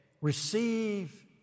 receive